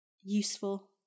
useful